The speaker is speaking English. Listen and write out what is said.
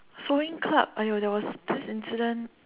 sewing club !aiyo! there was this incident